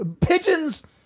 Pigeons